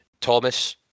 Thomas